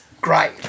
great